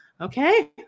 okay